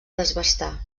desbastar